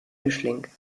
mischling